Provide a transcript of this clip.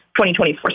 2024